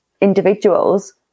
individuals